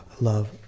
love